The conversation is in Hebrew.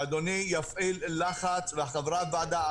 שאדוני וחברי הוועדה יפעילו לחץ על הממשלה,